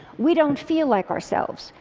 we don't feel like ourselves.